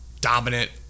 dominant